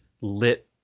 lit